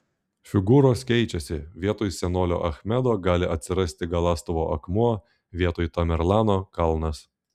figūros keičiasi vietoj senolio achmedo gali atsirasti galąstuvo akmuo vietoj tamerlano kalnas